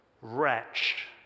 wretch